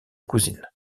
cousine